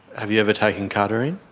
have you ever taken cardarine?